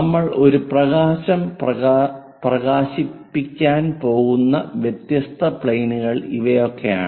നമ്മൾ ഒരു പ്രകാശം പ്രകാശിപ്പിക്കാൻ പോകുന്ന വ്യത്യസ്ത പ്ലെയിനുകൾ ഇവയൊക്കെയാണ്